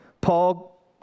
Paul